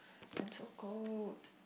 I'm so cold